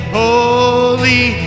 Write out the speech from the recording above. holy